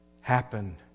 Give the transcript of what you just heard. happen